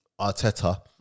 Arteta